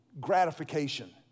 gratification